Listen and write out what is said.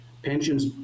pensions